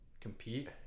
compete